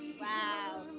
Wow